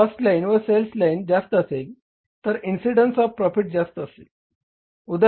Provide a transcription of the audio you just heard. जर cost line व sales line जास्त असेल तर इन्सिडेंन्स ऑफ प्रॉफीट जास्त असेल